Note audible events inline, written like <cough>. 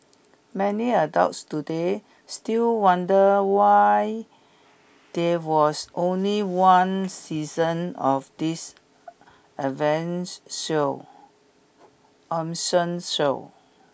many adults today still wonder why there was only one season of this avenge show <unintelligible> show